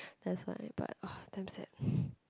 that's why but !wah! damn sad